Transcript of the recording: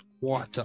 water